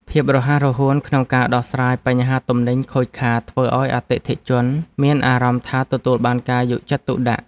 ភាពរហ័សរហួនក្នុងការដោះស្រាយបញ្ហាទំនិញខូចខាតធ្វើឱ្យអតិថិជនមានអារម្មណ៍ថាទទួលបានការយកចិត្តទុកដាក់។